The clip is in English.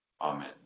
Amen